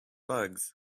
bugs